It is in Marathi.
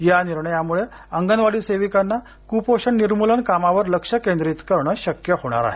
या निर्णयामुळे अंगणवाडी सेविकांना कुपोषण निर्मूलन कामावर लक्ष केंद्रित करण शक्य होणार आहे